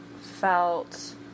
felt